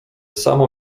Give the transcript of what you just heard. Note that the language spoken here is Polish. samo